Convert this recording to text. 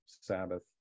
sabbath